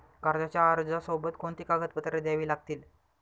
कर्जाच्या अर्जासोबत कोणती कागदपत्रे द्यावी लागतील?